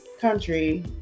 country